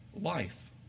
life